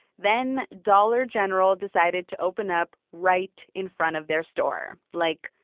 then, dollar general decided to open up right in front of their store. like,